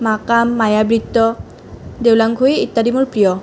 মাকাম মায়াবৃত্ত দেউলাংখুই ইত্যাদি মোৰ প্ৰিয়